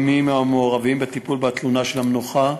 מי מהמעורבים בטיפול בתלונה של המנוחה,